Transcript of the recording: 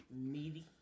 Meaty